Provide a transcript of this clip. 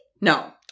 no